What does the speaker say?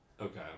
Okay